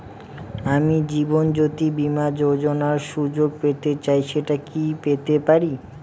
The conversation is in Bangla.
আমি জীবনয্যোতি বীমা যোযোনার সুযোগ পেতে চাই সেটা কি পেতে পারি?